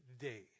day